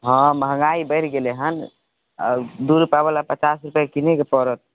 हाँ महँगाइ बढ़ि गेलै हन अऽ दू रुपैआवला पचास रुपैआके किनैके पड़त